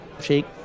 shake